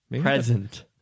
Present